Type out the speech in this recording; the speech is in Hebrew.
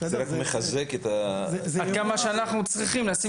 זה רק מחזק --- עד כמה אנחנו צריכים לשים